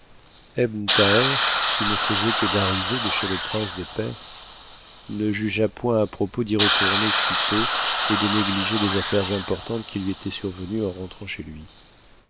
qui ne faisait que d'arriver de chez le prince de perse ne jugea point à propos d'y retourner si tôt et de négliger des affaires importantes qui lui étaient survenues en rentrant chez lui